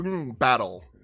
battle